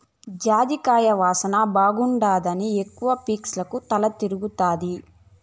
జాజికాయ వాసన బాగుండాదని ఎక్కవ పీల్సకు తల తిరగతాది